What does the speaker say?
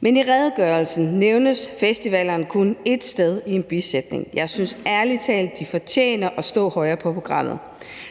Men i redegørelsen nævnes festivaler kun ét sted i en bisætning, og jeg synes ærlig talt, at de fortjener at stå højere på programmet.